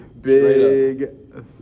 Big